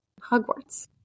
Hogwarts